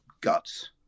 guts